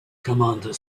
commander